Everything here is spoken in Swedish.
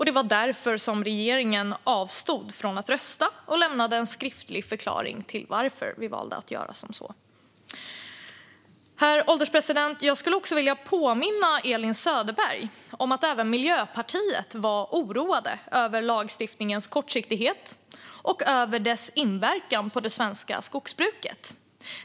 Det var därför som regeringen avstod från att rösta och lämnade en skriftlig förklaring till varför vi valde att göra så. Herr ålderspresident! Jag vill också påminna Elin Söderberg om att även Miljöpartiet var oroat över lagstiftningens kortsiktighet och dess inverkan på svenska skogsbruket.